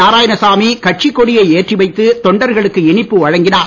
நாராயணசாமி கட்சிக் கொடியை ஏற்றிவைத்து தொண்டர்களுக்கு இனிப்பு வழங்கினார்